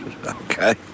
Okay